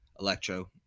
Electro